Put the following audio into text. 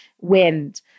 Wind